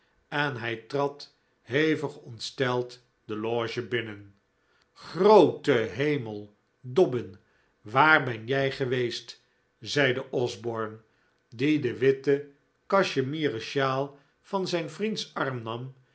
en hij trad hevig ontsteld de loge binnen groote hemel dobbin waar ben jij geweest zeide osborne die de witte cachemieren sjaal van zijn vriends arm nam